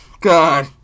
God